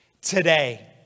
today